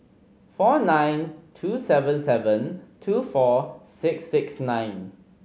four nine two seven seven two four six six nine